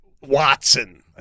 Watson